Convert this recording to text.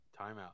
Timeout